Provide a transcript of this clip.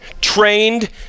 trained